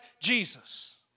Jesus